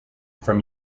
from